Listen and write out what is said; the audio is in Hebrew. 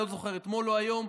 לא זוכר אם אתמול או היום.